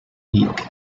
week